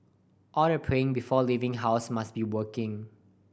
all the praying before leaving house must be working